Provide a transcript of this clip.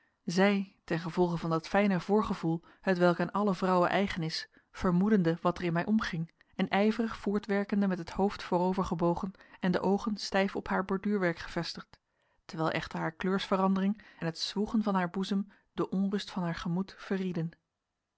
zij ten gevolge van dat fijne voorgevoel hetwelk aan alle vrouwen eigen is vermoedende wat er in mij omging en ijverig voortwerkende met het hoofd voorovergebogen en de oogen stijf op haar borduurwerk gevestigd terwijl echter haar kleursverandering en het zwoegen van haar boezem de onrust van haar gemoed verrieden